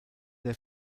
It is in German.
der